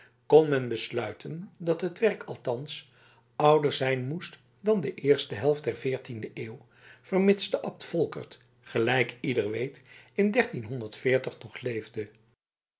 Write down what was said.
kon men besluiten dat het werk althans ouder zijn moest dan de eerste helft der veertiende eeuw vermits de abt volkert gelijk ieder weet in nog leefde